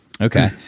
Okay